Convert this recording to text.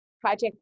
project